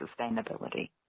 sustainability